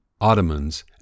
Ottomans